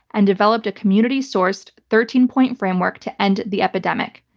and developed a community-sourced thirteen point framework to end the epidemic.